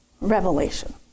revelation